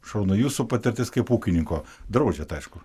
šarūnai jūsų patirtis kaip ūkininko draudžiat aišku